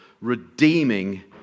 redeeming